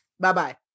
Bye-bye